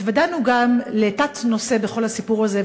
התוודענו גם לתת-נושא בכל הסיפור הזה,